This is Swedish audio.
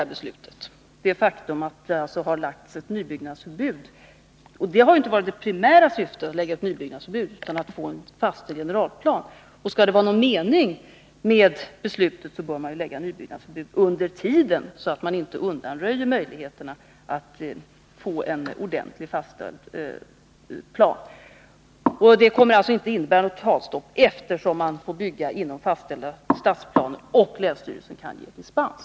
Men det faktum att nybyggnadsförbud har utfärdats medför inte detta. Att lägga nybyggnadsförbudet har inte heller varit det primära syftet, utan det har varit att få en fastställd generalplan. Om det skall vara någon mening med beslutet, bör man ju lägga ett nybyggnadsförbud under tiden, så att man inte undanröjer möjligheterna att få en ordentligt fastställd plan. Beslutet kommer inte att innebära något totalstopp, eftersom man får bygga inom fastställda stadsplaner och eftersom länsstyrelsen kan ge dispens.